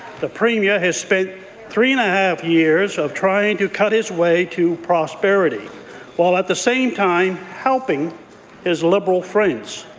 the premier has spent three and a half years of trying to cut his way to prosperity while, at the same time, helping his liberal friends.